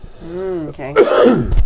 Okay